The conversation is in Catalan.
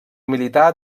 militar